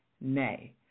Nay